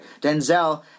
Denzel